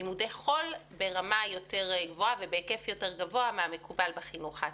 חול ברמה יותר גבוהה ובהיקף יותר גבוה מהמקובל בחינוך העצמאי.